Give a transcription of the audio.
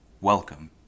Welcome